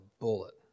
bullet